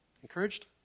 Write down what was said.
Encouraged